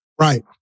right